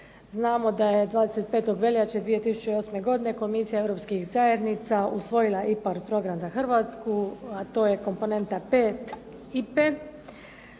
Znamo da je 25. veljače 2008. godine Komisija europskih zajednica usvojila IPARD program za Hrvatsku, a to je komponenta 5